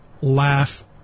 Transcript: laugh